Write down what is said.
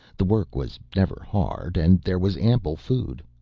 the work was never hard and there was ample food.